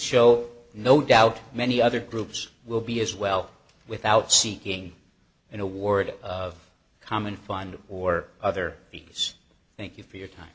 show no doubt many other groups will be as well without seeking an award of common fund or other fees thank you for your time